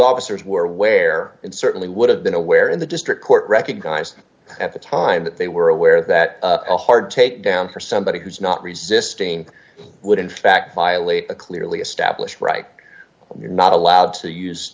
officers were aware and certainly would have been aware in the district court recognized at the time that they were aware that a hard takedown for somebody who's not resisting would in fact violate a clearly established right you're not allowed to